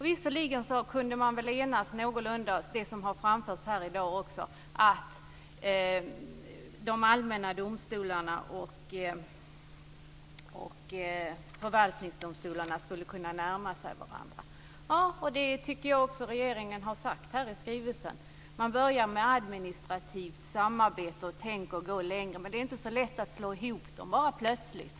Visserligen kunde man väl enas någorlunda om att de allmänna domstolarna och förvaltningsdomstolarna skulle kunna närma sig varandra, och det har ju framförts här i dag också. Jag tycker att regeringen har sagt det också i skrivelsen. Man börjar med administrativt samarbete och tänker gå längre, men det är inte så lätt att slå ihop dem plötsligt.